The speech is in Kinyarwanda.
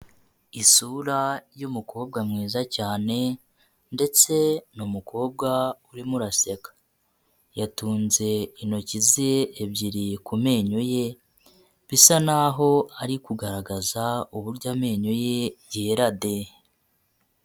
Isura y'umukobwa mwiza cyane, ndetse n'umukobwa urimo araseka yatunze intoki ze ebyiri ku menyo ye, bisa naho ari kugaragaza uburyo amenyo ye yera de.